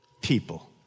people